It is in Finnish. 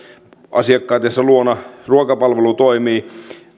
asiakkaittensa luona ruokapalvelu toimii